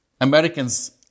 Americans